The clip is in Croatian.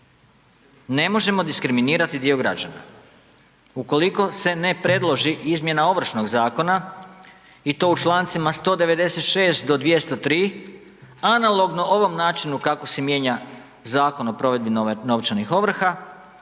Ne možemo diskriminirati dio građana, ukoliko se ne predloži izmjena Ovršnog zakona i to u čl. 196. do 203. analogno ovom načinu kako se mijenja Zakon o provedbi novčanih ovrha